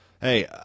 Hey